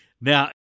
now